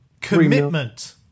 commitment